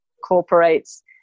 incorporates